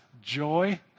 joy